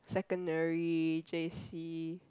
secondary J_C